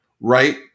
right